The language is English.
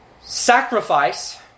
Sacrifice